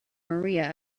maria